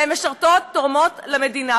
והן משרתות ותורמות למדינה,